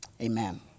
Amen